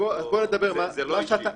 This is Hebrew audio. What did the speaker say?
זה לא אישי.